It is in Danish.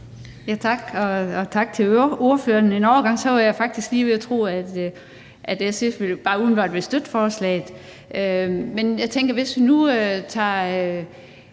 Tak. Og tak til ordføreren. En overgang var jeg faktisk lige ved at tro, at SF bare umiddelbart ville støtte forslaget. Men jeg tænker, at hvis vi nu tager